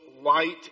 light